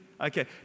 Okay